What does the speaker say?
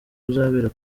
uzabera